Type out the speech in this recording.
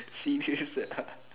serious ah